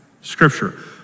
Scripture